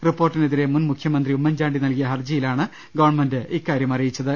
റിപ്പോർട്ടിനെതിരെ മുൻ മുഖ്യമന്ത്രി ഉമ്മൻചാണ്ടി നൽകിയ ഹർജി യിലാണ് ഗവൺമെന്റ് ഇക്കാര്യം ബോധിപ്പിച്ചത്